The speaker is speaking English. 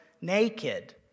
naked